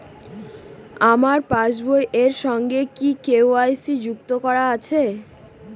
আমার পাসবই এর সঙ্গে কি কে.ওয়াই.সি যুক্ত করা আছে?